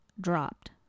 dropped